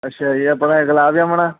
ਅੱਛਾ ਜੀ ਆਪਣੇ ਗੁਲਾਬ ਜਾਮਣ